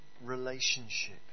relationship